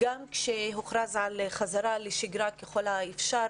גם כאשר הוכרז על חזרה לשגרה ככל האפשר,